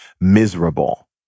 miserable